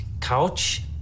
couch